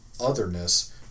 otherness